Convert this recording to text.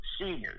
seniors